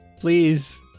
Please